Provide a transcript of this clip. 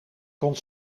kon